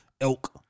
elk